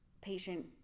patient